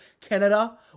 Canada